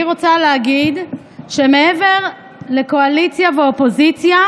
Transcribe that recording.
אני רוצה להגיד שמעבר לקואליציה ולאופוזיציה